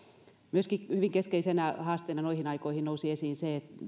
myöskin hyvin keskeisenä haasteena noihin aikoihin nousi esiin